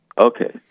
Okay